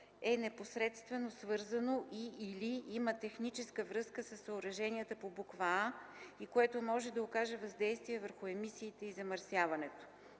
е непосредствено свързано и/или има техническа връзка със съоръженията по буква „а” и което може да окаже въздействие върху емисиите и замърсяването.”;